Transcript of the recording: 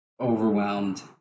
overwhelmed